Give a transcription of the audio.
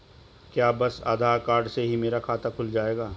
क्या बस आधार कार्ड से ही मेरा खाता खुल जाएगा?